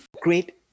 great